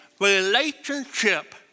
relationship